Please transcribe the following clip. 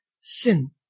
sin